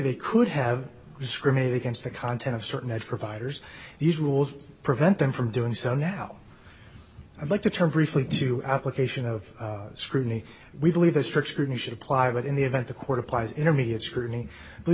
they could have discriminate against the content of certain that providers these rules prevent them from doing so now i'd like to turn briefly to application of scrutiny we believe that strict scrutiny should apply but in the event the court applies intermediate scrutiny